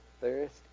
thirst